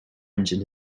engine